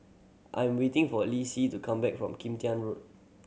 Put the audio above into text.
I'm waiting for Leslee to come back from Kim Tian Road